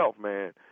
man